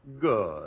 Good